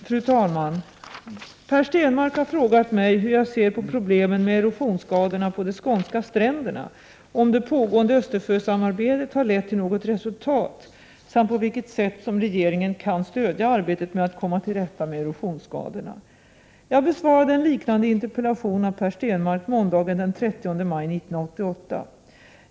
Fru talman! Per Stenmarck har frågat mig hur jag ser på problemen med erosionsskadorna på de skånska stränderna, om det pågående Östersjösamarbetet har lett till något resultat samt på vilket sätt som regeringen kan stödja arbetet med att komma till rätta med erosionsskadorna. Jag besvarade en liknande interpellation av Per Stenmarck måndagen den 30 maj 1988.